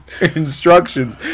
instructions